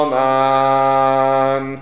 man